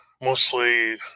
Mostly